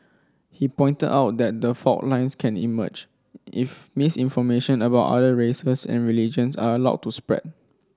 he pointed out that the fault lines can emerge if misinformation about other races and religions are allowed to spread